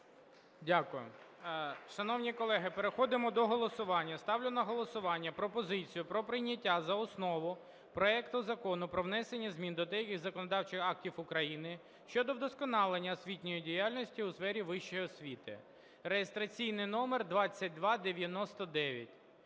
Дякую. Шановні колеги, переходимо до голосування. Ставлю на голосування пропозицію про прийняття за основу проект Закону про внесення змін до деяких законодавчих актів України щодо вдосконалення освітньої діяльності у сфері вищої освіти (реєстраційний номер 2299).